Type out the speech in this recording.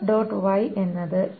Y എന്നത് t2